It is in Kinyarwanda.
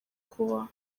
kubaho